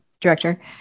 director